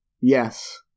yes